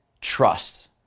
trust